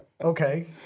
Okay